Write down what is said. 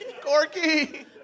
Corky